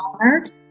honored